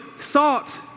salt